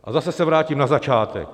A zase se vrátím na začátek.